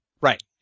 right